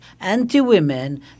anti-women